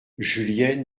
julienne